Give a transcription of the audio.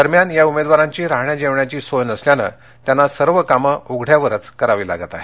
दरम्यान या उमेदवारांची राहण्या जेवण्याची सोय नसल्याने त्यांना सर्व कामे उघड्यावरच करावी लागत आहेत